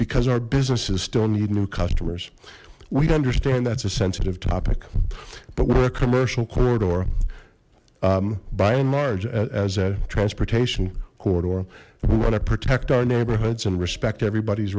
because our businesses still need new customers we understand that's a sensitive topic but we're a commercial corridor by and large as a transportation corridor we want to protect our neighborhoods and respect everybody's